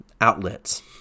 Outlets